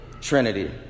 trinity